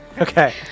Okay